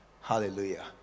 Hallelujah